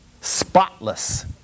spotless